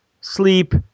sleep